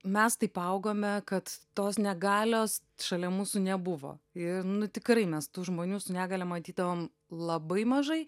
mes taip augome kad tos negalios šalia mūsų nebuvo ir nu tikrai mes tų žmonių su negalia matydavom labai mažai